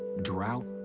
drought,